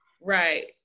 right